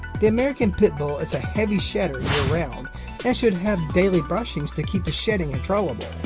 the american pit bull is a heavy shedder year-round and should have daily brushings to keep the shedding controllable.